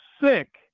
sick